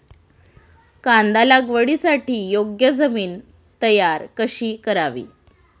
कांदा लागवडीसाठी योग्य जमीन तयार कशी करावी?